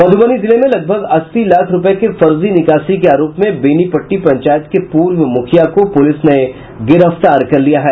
मधुबनी जिले में लगभग अस्सी लाख रूपये के फर्जी निकासी के आरोप में बेनीपट्टी पंचायत के पूर्व मुखिया को पुलिस ने गिरफ्तार कर लिया है